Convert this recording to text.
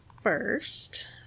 first